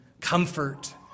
comfort